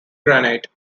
granite